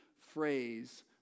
phrase